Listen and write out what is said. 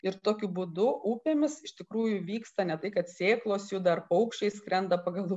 ir tokiu būdu upėmis iš tikrųjų vyksta ne tai kad sėklos juda ar paukščiai skrenda pagal